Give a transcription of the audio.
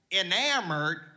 enamored